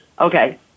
Okay